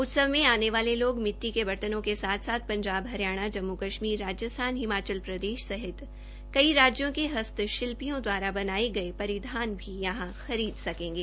उत्सव मे आने वालेलोग मिट्टी के बर्तनों के साथ पंजाब हरियाणा जम्मू कश्मीर राजस्थान हिमाचल प्रदेश सहित कई राज्यों के हस्त शिल्पियों द्वारा बनाये गये परिधान भी यहां खरीद सकेंगे